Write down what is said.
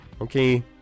Okay